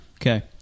okay